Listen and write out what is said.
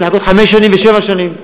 צריכים לחכות חמש שנים ושבע שנים.